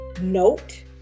note